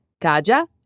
Kaja